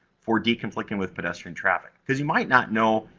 for di-conflicting with pedestrian traffic. because you might not know,